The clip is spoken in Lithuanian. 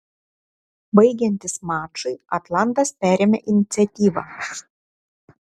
baigiantis mačui atlantas perėmė iniciatyvą